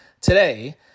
today